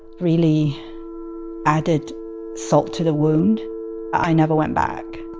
really added salt to the wound i never went back